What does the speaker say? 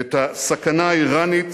את הסכנה האירנית